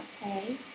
okay